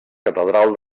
catedral